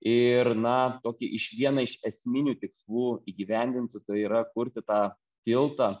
ir na tokį iš vieną iš esminių tikslų įgyvendinti tai yra kurti tą tiltą